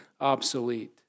obsolete